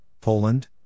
poland